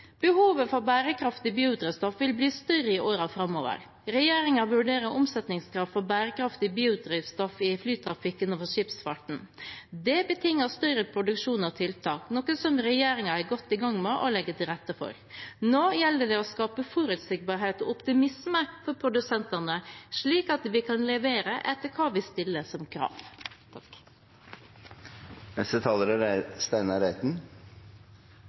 Behovet for bærekraftig biodrivstoff vil bli større i årene framover. Regjeringen vurderer omsetningskrav for bærekraftig biodrivstoff i flytrafikken og for skipsfarten. Det betinger større produksjon og tiltak, noe som regjeringen er godt i gang med å legge til rette for. Nå gjelder det å skape forutsigbarhet og optimisme for produsentene, slik at vi kan levere etter hva vi stiller som krav. Biodrivstoff er et komplisert felt, der det er